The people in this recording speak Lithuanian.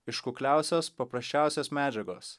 iš kukliausios paprasčiausios medžiagos